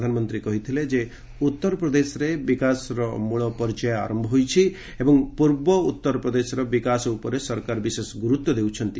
ପ୍ରଧାନମନ୍ତ୍ରୀ କହିଥିଲେ ଯେ ଉତ୍ତର ପ୍ରଦେଶରେ ବିକାଶର ମୂଳ ପର୍ଯ୍ୟାୟ ଆରମ୍ଭ ହୋଇଛି ଏବଂ ପୂର୍ବ ଉତ୍ତର ପ୍ରଦେଶର ବିକାଶ ଉପରେ ସରକାର ବିଶେଷ ଗୁରୁତ୍ୱ ଦେଉଛନ୍ତି